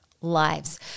lives